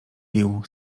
pił